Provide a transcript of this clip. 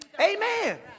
Amen